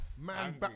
man